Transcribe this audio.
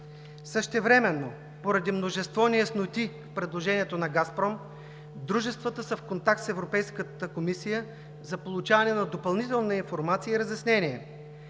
Същевременно, поради множество неясноти в предложението на „Газпром“, дружествата са в контакт с Европейската комисия за получаване на допълнителна информация и разяснение.